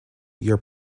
your